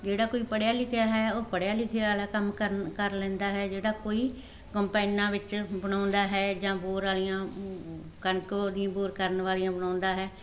ਜਿਹੜਾ ਕੋਈ ਪੜ੍ਹਿਆ ਲਿਖਿਆ ਹੈ ਉਹ ਪੜ੍ਹਿਆ ਲਿਖਿਆ ਵਾਲਾ ਕੰਮ ਕਰਨ ਕਰ ਲੈਂਦਾ ਹੈ ਜਿਹੜਾ ਕੋਈ ਕੰਬਾਈਨਾਂ ਵਿੱਚ ਬਣਾਉਂਦਾ ਹੈ ਜਾਂ ਬੋਰ ਵਾਲੀਆਂ ਕਣਕ ਦੀਆਂ ਬੋਰ ਕਰਨ ਵਾਲੀਆਂ ਬਣਾਉਂਦਾ ਹੈ